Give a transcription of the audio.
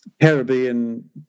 Caribbean